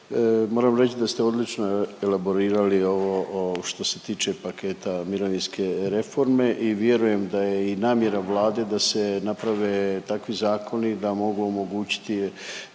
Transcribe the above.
moram reć da ste odlično elaborirali ovo što se tiče paketa mirovinske reforme i vjerujem da je i namjera Vlade da se naprave takvi zakoni da mogu omogućiti